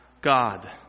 God